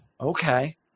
Okay